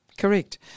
Correct